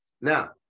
now